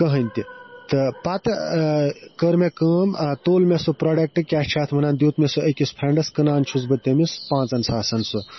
کٕہۭنۍ تہِ تہٕ پَتہٕ کٔر مےٚ کٲم تُل مےٚ سُہ پرٛوڈَکٹ کیٛاہ چھِ اَتھ وَنان دیُت مےٚ سُہ أکِس فرٛٮ۪نٛڈَس کٕنان چھُس بہٕ تٔمِس پانٛژَن ساسَن سُہ